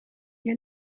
ihr